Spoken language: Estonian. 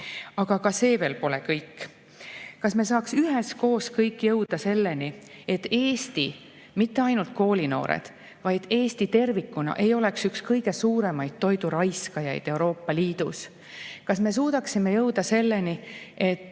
ka see pole kõik. Kas me saaks üheskoos kõik jõuda selleni, et Eesti, mitte ainult koolinoored, vaid Eesti tervikuna, ei oleks üks kõige suuremaid toiduraiskajaid Euroopa Liidus? Kas me suudaksime jõuda selleni, et